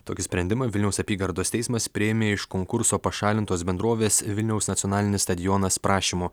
tokį sprendimą vilniaus apygardos teismas priėmė iš konkurso pašalintos bendrovės vilniaus nacionalinis stadionas prašymu